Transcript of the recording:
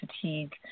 fatigue